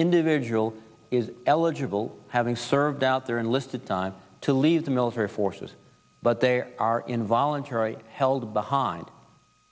individual is eligible having served out their enlisted time to leave the military forces but there are involuntary held behind